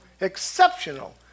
Exceptional